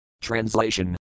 Translation